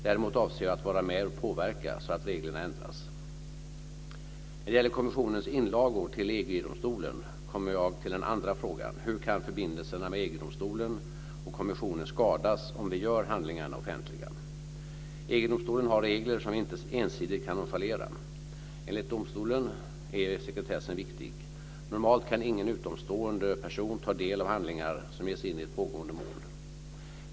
Däremot avser jag att vara med och påverka så att reglerna ändras. När det gäller kommissionens inlagor till EG domstolen kommer jag till den andra frågan: Hur kan förbindelserna med EG-domstolen och kommissionen skadas om vi gör handlingarna offentliga? EG-domstolen har regler som vi inte ensidigt kan nonchalera. Enligt domstolen är sekretessen viktig. Normalt kan ingen utomstående person ta del av handlingar som ges in i ett pågående mål.